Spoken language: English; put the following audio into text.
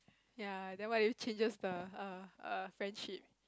ya then what if it changes the err err friendship